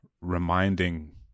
reminding